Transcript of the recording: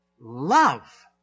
love